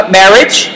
marriage